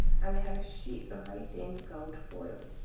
and they had a sheet of very thin gold foil.